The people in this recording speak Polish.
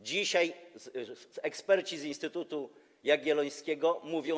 Dzisiaj eksperci z Instytutu Jagiellońskiego mówią.